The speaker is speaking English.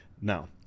Now